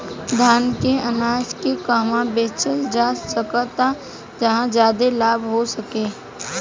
धान के अनाज के कहवा बेचल जा सकता जहाँ ज्यादा लाभ हो सके?